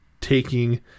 taking